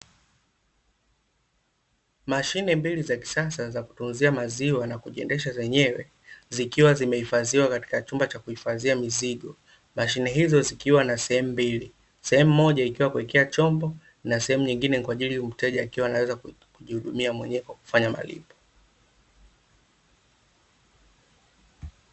Mashine mbili za kisasa za kutunzia maziwa na kujiendesha zenyewe zikiwa zimehifadhiwa katika chumba cha kuhifadhia mizigo, mashine hizo zikiwa na sehemu mbili, sehemu moja ikiwa kuwekea chombo na sehemu nyingine kwa ajili ya mteja akiwa anaweza kujihudumia mwenyewe kwa kufanya malipo .